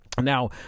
Now